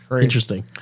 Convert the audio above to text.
Interesting